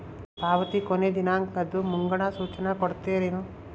ಪಾವತಿ ಕೊನೆ ದಿನಾಂಕದ್ದು ಮುಂಗಡ ಸೂಚನಾ ಕೊಡ್ತೇರೇನು?